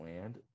land